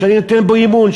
שאני נותן בו אמון,